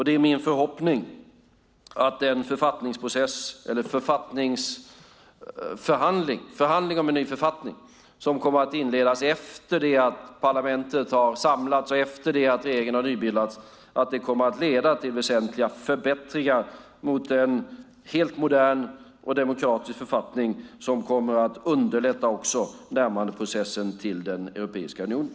Det är min förhoppning att den förhandling om en ny författning som kommer att inledas, efter det att parlamentet har samlats och efter det att regeringen har nybildats, kommer att leda till väsentliga förbättringar och gå mot en helt modern och demokratisk författning som kommer att underlätta också närmandeprocessen till Europeiska unionen.